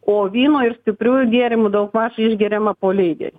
o vyno ir stipriųjų gėrimų daugmaž išgeriama po lygiai